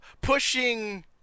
Pushing